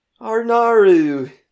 Arnaru